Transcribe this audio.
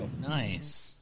Nice